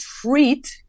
treat